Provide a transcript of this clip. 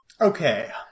Okay